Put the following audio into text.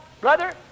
brother